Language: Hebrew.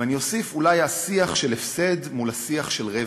ואוסיף, אולי השיח של הפסד מול השיח של רווח,